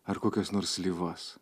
ar kokias nors slyvas